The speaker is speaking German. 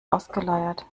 ausgeleiert